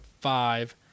five